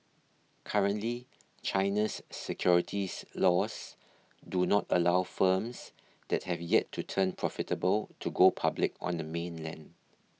currently China's securities laws do not allow firms that have yet to turn profitable to go public on the mainland